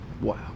Wow